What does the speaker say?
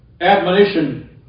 admonition